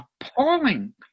appalling